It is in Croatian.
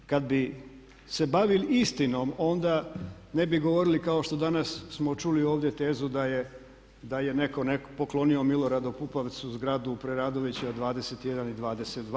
Kad bi se bavili istinom onda ne bi govorili kao što danas smo čuli ovdje tezu da je netko poklonio Miloradu Pupovcu zgradu u Preradovićevoj 21 i 22.